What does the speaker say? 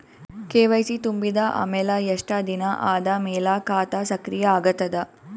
KYC ತುಂಬಿದ ಅಮೆಲ ಎಷ್ಟ ದಿನ ಆದ ಮೇಲ ಖಾತಾ ಸಕ್ರಿಯ ಅಗತದ?